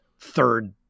third